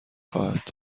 خواهد